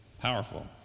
Powerful